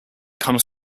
comes